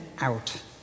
out